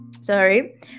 sorry